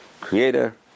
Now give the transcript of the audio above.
creator